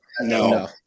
no